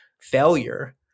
failure